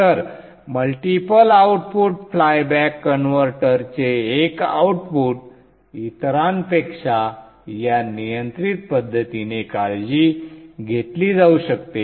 तर multiple output flyback converter चे एक आउटपुट इतरांपेक्षा या नियंत्रित पद्धतीने काळजी घेतली जाऊ शकते